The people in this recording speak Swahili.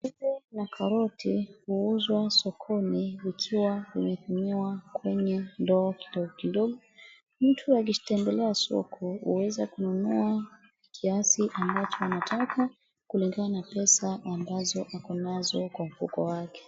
Na karoti huuzwa sokoni vikiwa vimepimwa kwenye ndoo kidogo kidogo. Mtu akitembelea soko, huweza kununua kiasi ambacho anataka kulingana na pesa ambazo ako nazo kwa mfuko wake.